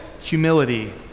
humility